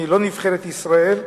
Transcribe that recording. אני לא נבחרת ישראל,